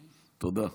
תודה.